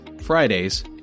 Fridays